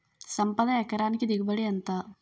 సంపద ఎకరానికి దిగుబడి ఎంత?